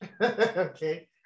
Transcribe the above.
okay